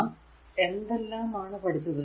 നാം എന്തെല്ലാം ആണ് പഠിച്ചത്